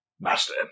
Master